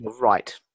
Right